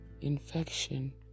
infection